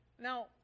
Now